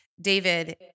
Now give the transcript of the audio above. David